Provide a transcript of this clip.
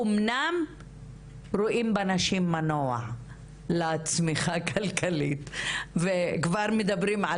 אמנם רואים בנשים מנוע לצמיחה הכלכלית וכבר מדברים על